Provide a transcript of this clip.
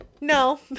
no